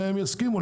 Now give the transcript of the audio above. והם יסכימו,